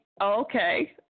Okay